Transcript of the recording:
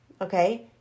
okay